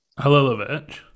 Halilovic